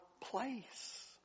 place